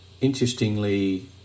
Interestingly